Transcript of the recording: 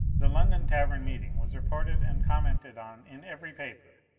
the london tavern meeting was reported and commented on in every paper,